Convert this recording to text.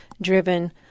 driven